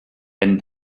and